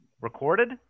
Recorded